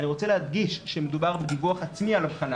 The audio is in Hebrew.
אני רוצה להדגיש שמדובר בדיווח עצמי על אבחנה